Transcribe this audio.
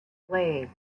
blades